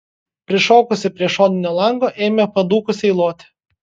prišokusi prie šoninio lango ėmė padūkusiai loti